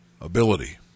ability